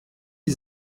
die